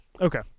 Okay